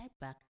back